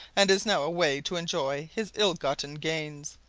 and is now away to enjoy his ill-gotten gains?